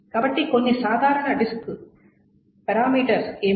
కాబట్టి కొన్ని సాధారణ డిస్క్ పారామితులు ఏమిటి